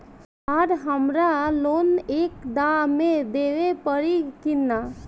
आर हमारा लोन एक दा मे देवे परी किना?